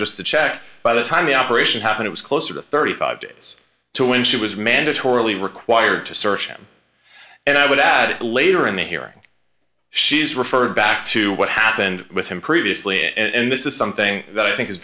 just to check by the time the operation happened it was closer to thirty five dollars days to when she was mandatorily required to search him and i would add later in the hearing she's referred back to what happened with him previously and this is something that i think is